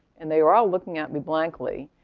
and they were all looking at me blankly.